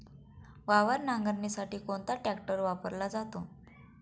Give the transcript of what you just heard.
वावर नांगरणीसाठी कोणता ट्रॅक्टर वापरला जातो?